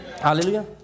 Hallelujah